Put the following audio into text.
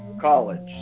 college